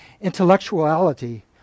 intellectuality